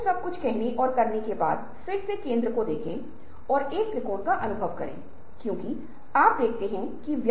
तो सही मस्तिष्क नए और उपयोगी विचारों को उत्पन्न करता है